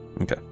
Okay